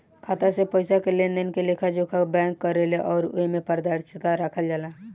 खाता से पइसा के लेनदेन के लेखा जोखा बैंक करेले अउर एमे पारदर्शिता राखल जाला